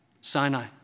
Sinai